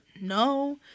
no